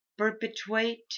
Perpetuate